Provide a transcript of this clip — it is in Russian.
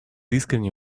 искренне